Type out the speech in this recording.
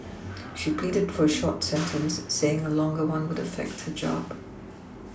she pleaded for a short sentence saying a longer one would affect her job